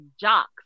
jocks